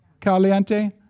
Caliente